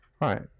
right